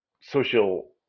social